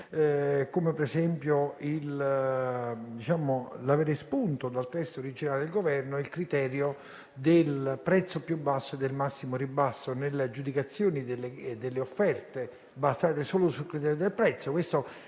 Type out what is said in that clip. come - ad esempio - l'aver espunto dal testo originario del Governo il criterio del prezzo più basso, del massimo ribasso, nelle aggiudicazioni delle offerte basate solo sul criterio del prezzo.